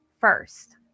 first